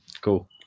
Cool